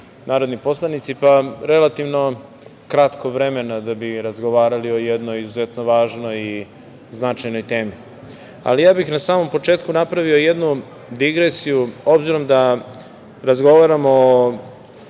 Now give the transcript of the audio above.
pa relativno kratko vremena da bi razgovarali o jednoj izuzetno važnoj i značajnoj temi. Na samom početku bih napravio jednu digresiju, obzirom da razgovaramo o